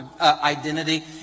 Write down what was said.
identity